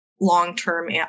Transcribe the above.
long-term